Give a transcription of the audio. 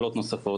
נוספות.